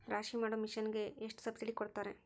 ರಾಶಿ ಮಾಡು ಮಿಷನ್ ಗೆ ಎಷ್ಟು ಸಬ್ಸಿಡಿ ಕೊಡ್ತಾರೆ?